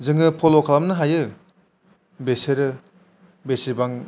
जोङो फल' खालामनो हायो बेसोरो बेसेबां